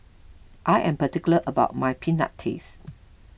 I am particular about my Peanut Paste